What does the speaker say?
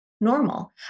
normal